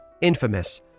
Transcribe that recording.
infamous